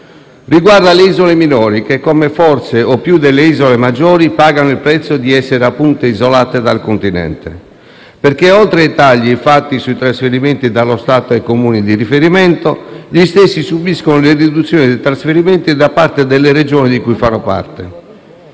Riguarda le isole minori che, come o forse più delle isole maggiori, pagano il prezzo di essere, appunto, isolate dal Continente. Oltre ai tagli operati sui trasferimenti dallo Stato ai Comuni di riferimento, infatti, gli stessi subiscono le riduzioni dei trasferimenti da parte delle Regioni di cui fanno parte.